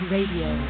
Radio